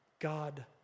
God